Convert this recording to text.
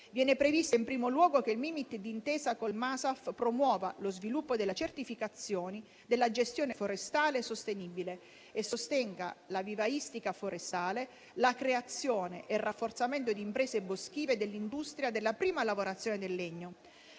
sovranità alimentare e delle foreste (MASAF), promuova lo sviluppo della certificazione della gestione forestale sostenibile e sostenga la vivaistica forestale, la creazione e il rafforzamento di imprese boschive dell'industria della prima lavorazione del legno.